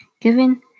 Given